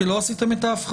כי לא עשיתם את ההבחנה.